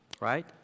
right